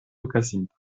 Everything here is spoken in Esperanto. okazinta